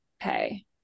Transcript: pay